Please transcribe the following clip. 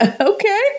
Okay